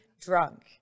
drunk